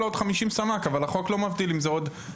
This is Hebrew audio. אנחנו מעבירים תקציב בחודשים הקרובים,